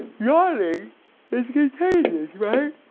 normally pages right,